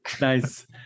Nice